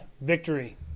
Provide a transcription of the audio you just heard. victory